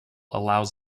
allows